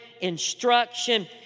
instruction